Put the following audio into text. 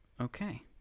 okay